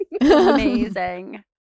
Amazing